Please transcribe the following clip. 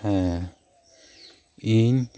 ᱦᱮᱸ ᱤᱧ